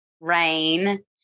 rain